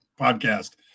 podcast